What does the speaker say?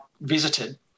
visited